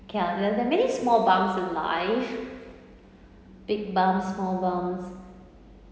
okay ah there are many small bumps in life big bumps small bumps